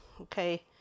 Okay